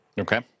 Okay